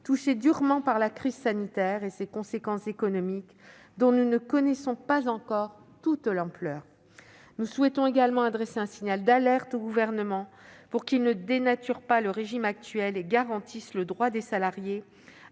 touchés durement par la crise sanitaire et ses conséquences économiques, dont nous ne connaissons pas encore toute l'ampleur. Nous souhaitons également adresser un signal d'alerte au Gouvernement, pour qu'il ne dénature pas le régime actuel et garantisse le droit des salariés